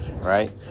right